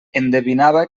endevinava